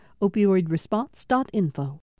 Opioidresponse.info